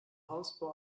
hausbau